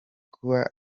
kuba